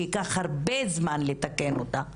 שייקח הרבה זמן לתקן אותה.